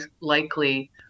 likely